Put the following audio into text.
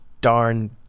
darn